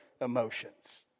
emotions